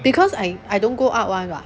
because I I don't go out [one] [what]